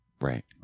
Right